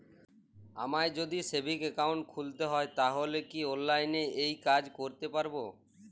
আমায় যদি savings account খুলতে হয় তাহলে কি অনলাইনে এই কাজ করতে পারবো?